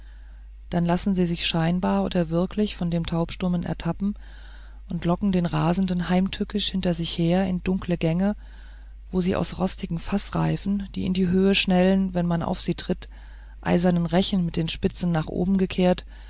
da lassen sie sich scheinbar oder wirklich von dem taubstummen ertappen und locken den rasenden heimtückisch hinter sich her in dunkle gänge wo sie aus rostigen faßreifen die in die höhe schnellen wenn man auf sie tritt und eisernen rechen mit den spitzen nach oben gekehrt